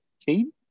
team